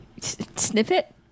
snippet